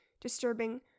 disturbing